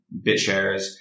BitShares